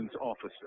officer